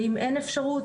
ואם אין אפשרות,